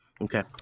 Okay